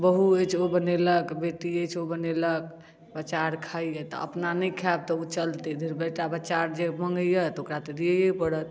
बहु अछि ओ बनेलक बेटी अछि ओ बनेलक बच्चा आर खाइया तऽ अपना नहि खायब तऽ ओ चलतै धैर बेटा बच्चा आर के मँगैया तऽ ओकरा तऽ दियैयै परत